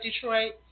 Detroit